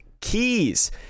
keys